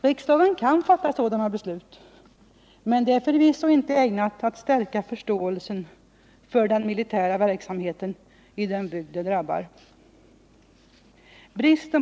Riksdagen kan fatta sådana beslut, men det är förvisso inte ägnat att stärka förståelsen för den militära verksamheten i den bygd som drabbas.